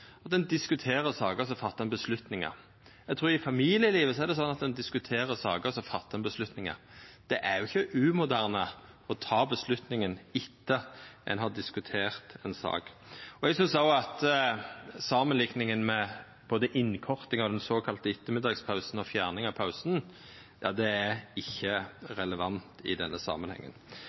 at ein diskuterer saker, og så tek ein avgjerder. Eg trur også at i familielivet er det slik at ein diskuterer saker, og så tek ein avgjerder. Det er ikkje umoderne å ta avgjerda etter at ein har diskutert ei sak. Eg synest òg at samanlikninga med fyrst innkorting og deretter fjerning av den såkalla middagspausen ikkje er relevant i denne samanhengen.